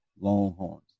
Longhorns